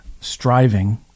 striving